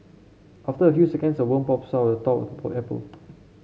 after a few seconds a worm pops out the top apple